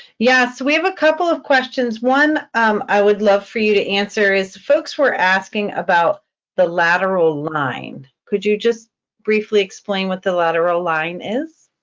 yeah, so we have a couple of questions. one um i would love for you to answer is folks were asking about the lateral line. could you just briefly explain what the lateral line is?